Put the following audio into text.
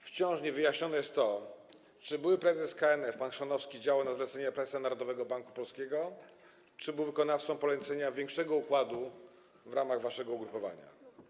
Wciąż nie jest wyjaśnione to, czy były prezes KNF pan Chrzanowski działał na zlecenie prezesa Narodowego Banku Polskiego, czy był wykonawcą polecenia większego układu w ramach waszego ugrupowania.